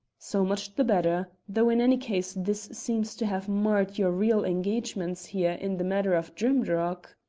so much the better, though in any case this seems to have marred your real engagements here in the matter of drimdarroch.